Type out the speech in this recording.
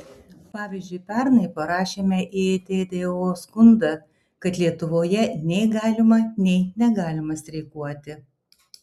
pavyzdžiui pernai parašėme į tdo skundą kad lietuvoje nei galima nei negalima streikuoti